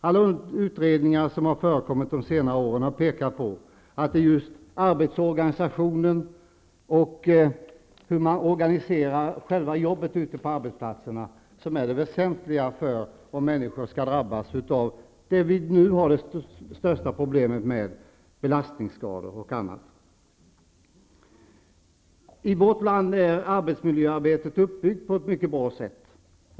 Alla de utredningar som har förekommit under senare tid har påpekat att just arbetsorganisationen, hur man organiserar själva jobbet ute på arbetsplatserna, är det väsentliga för om människor skall drabbas av det vi nu har de största problemen med, nämligen belastningsskador och liknande. I vårt land är arbetsmiljöarbetet uppbyggt på ett mycket bra sätt.